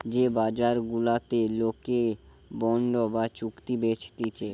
যে বাজার গুলাতে লোকে বন্ড বা চুক্তি বেচতিছে